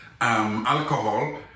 alcohol